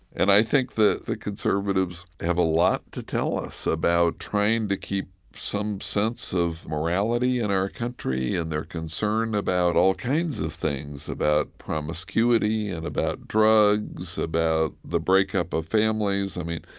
and i think that the conservatives have a lot to tell us about trying to keep some sense of morality in our country, and they're concerned about all kinds of things, about promiscuity and about drugs, about the breakup of families. i mean,